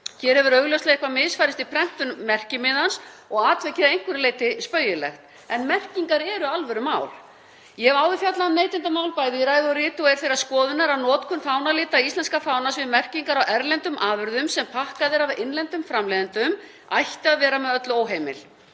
Hér hefur augljóslega eitthvað misfarist í prentun merkimiðans og atvikið að einhverju leyti spaugilegt, en merkingar eru alvörumál. Ég hef áður fjallað um neytendamál bæði í ræðu og riti og er þeirrar skoðunar að notkun fánalita íslenska fánans við merkingar á erlendum afurðum sem pakkað er af innlendum framleiðendum ætti að vera með öllu óheimil.